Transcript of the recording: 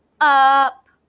Up